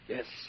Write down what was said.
Yes